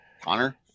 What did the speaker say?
connor